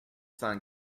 cinq